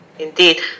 Indeed